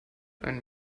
einen